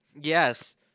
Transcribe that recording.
Yes